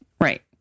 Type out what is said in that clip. Right